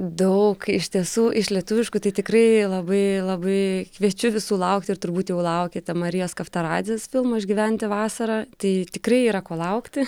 daug iš tiesų iš lietuviškų tai tikrai labai labai kviečiu visų laukti ir turbūt jau laukiate marijos kaftaradzės filmo išgyventi vasarą tai tikrai yra ko laukti